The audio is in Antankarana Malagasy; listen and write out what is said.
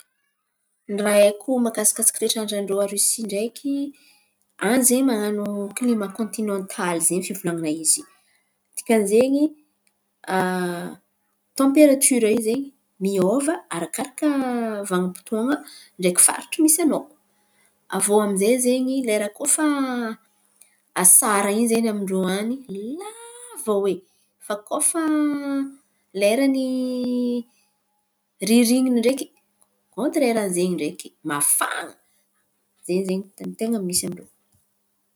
Ny raha haiko mahakasikasiky toetrandran-drô a Rosia ndreky, an̈y zen̈y man̈ano klima kontinantaly zen̈y fivolan̈ana izy. Dikan'izen̈y tamperatira iô zen̈y miôva arakaraka vanim-potoan̈a ndreky faritry misy anao. Aviô aminjay zen̈y lera koa fa asara iny zen̈y amindrô any lava oe fa koa fa lerany ririn̈iny ndreky kontirairan'ny zen̈y ndreky mafan̈a. Zen̈y zen̈y ten̈a ny misy amin-drô.